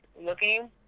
looking